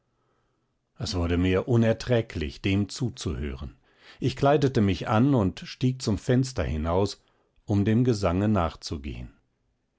es wurde mir unerträglich dem zuzuhören ich kleidete mich an und stieg zum fenster hinaus um dem gesange nachzugehen